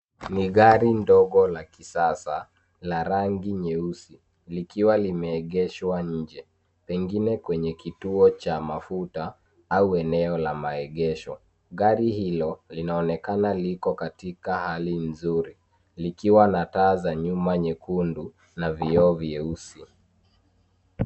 Ni gari ndogo la kisasa la rangi nyeusi likiwa limeegeshwa nje, pengine kwenye kituo cha mafuta au eneo la maegesho. Gari hilo linaonekana liko katika hali nzuri likiwa na taa za nyuma nyekundu na vioo vyeusi.